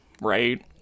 Right